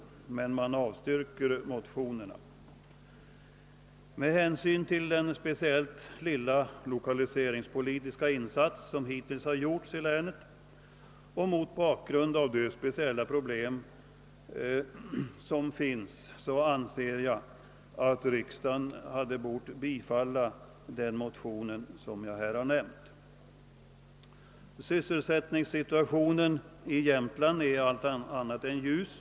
Utskottet avstyrker emellertid motionerna. Med hänsyn till den speciellt lilla lokaliseringspolitiska insats som hittills gjorts i länet och mot bakgrund av de speciella problem som föreligger, anser jag att riksdagen bör bifalla de motioner jag här nämnt. Sysselsättningssituationen i Jämtland är allt annat än ljus.